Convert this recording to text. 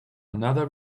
another